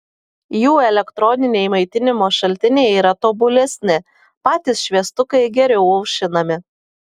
jų elektroniniai maitinimo šaltiniai yra tobulesni patys šviestukai geriau aušinami